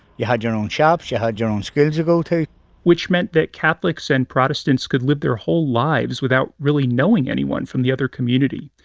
you had your own shops, you yeah had your own schools to go to which meant that catholics and protestants could live their whole lives, without really knowing anyone from the other community.